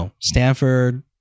Stanford